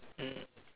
mm